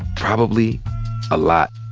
probably a lot.